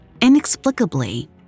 Inexplicably